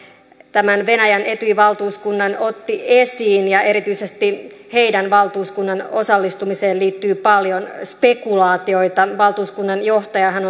tämän venäjän etyj valtuuskunnan otti esiin ja erityisesti tämän valtuuskunnan osallistumiseen liittyy paljon spekulaatioita valtuuskunnan johtajahan